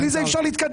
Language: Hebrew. בלי זה יא אפשר להתקדם.